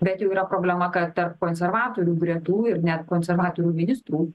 bet jau yra problema kad tarp konservatorių gretų ir net konservatorių ministrų